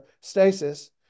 stasis